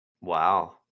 Wow